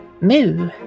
moo